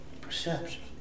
Perception